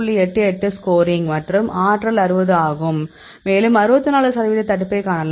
88 scoring மற்றும் ஆற்றல் 60 ஆகும் மேலும் 64 சதவீத தடுப்பைக் காணலாம்